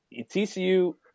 TCU